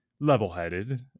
level-headed